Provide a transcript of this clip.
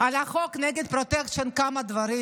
על החוק נגד פרוטקשן כמה דברים: